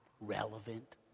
relevant